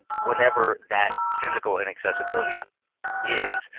whatever that physical inaccessibility is,